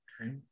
okay